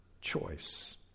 choice